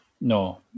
No